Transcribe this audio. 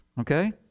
okay